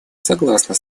согласна